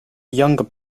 younger